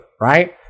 right